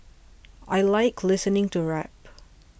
I like listening to rap